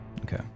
Okay